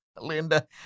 Linda